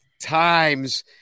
times